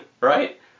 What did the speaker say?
Right